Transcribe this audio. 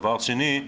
דבר שני,